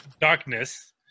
darkness